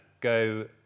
go